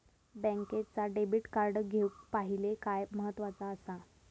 बँकेचा debit card घेउक पाहिले काय महत्वाचा असा?